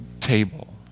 table